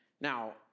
Now